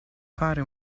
fare